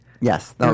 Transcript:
Yes